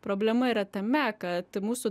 problema yra tame kad mūsų